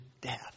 death